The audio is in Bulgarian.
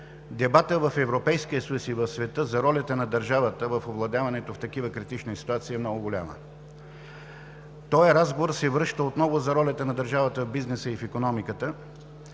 дебатът в Европейския съюз и в света за ролята на държавата в овладяването в такива критични ситуации е много голяма. Този разговор за ролята на държавата в бизнеса и в икономиката